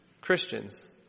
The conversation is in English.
Christians